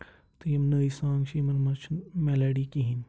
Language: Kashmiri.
تہٕ یِم نٔے سانٛگ چھِ یِمَن منٛز چھِنہٕ میلَڈی کِہیٖنۍ